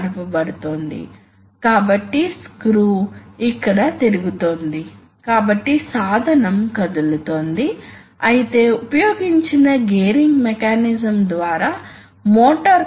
కనుక ఇది సిలిండర్ లోకి స్వేచ్ఛగా ప్రవహిస్తుంది మరియు తరువాత బయటకు వచ్చేటప్పుడు ఇది కనిపిస్తుంది ఇది ఒక కామ్ ఆపరేటెడ్ అని చూడండి ఇది వాస్తవానికి కామ్ మరియు ఇవి మెకానికల్ అనుసంధానం